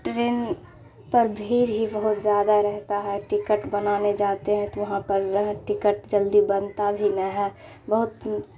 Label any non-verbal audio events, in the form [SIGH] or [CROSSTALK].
train پر بھیڑ ہی بہت زیادہ رہتا ہے ٹکٹ بنانے جاتے ہیں تو وہاں پر [UNINTELLIGIBLE] ٹکٹ جلدی بنتا بھی نہ ہے بہت